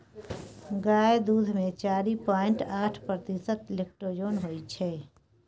गाय दुध मे चारि पांइट आठ प्रतिशत लेक्टोज होइ छै